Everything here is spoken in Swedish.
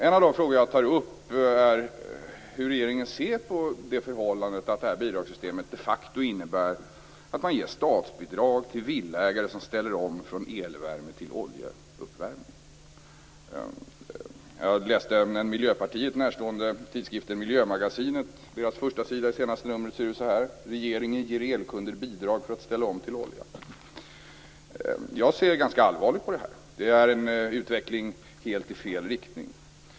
En av de frågor jag tar upp är hur regeringen ser på förhållandet att bidragssystemet de facto innebär att man ger statsbidrag till villaägare som ställer om från elvärme till oljeuppvärmning. Jag har läst den till Miljöpartiet närstående tidskriften Miljömagasinet. På förstasidan till det senaste numret står det att regeringen ger elkunder bidrag till att ställa om till olja. Jag ser allvarligt på detta. Det är en utveckling helt i fel riktning.